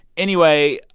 anyway,